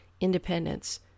independence